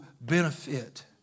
benefit